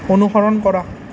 অনুসৰণ কৰা